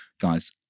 guys